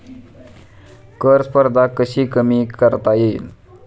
कर स्पर्धा कशी कमी करता येईल?